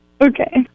Okay